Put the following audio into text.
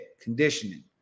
conditioning